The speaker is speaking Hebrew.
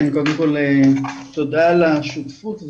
תודה על השותפות.